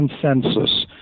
consensus